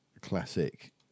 classic